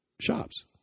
shops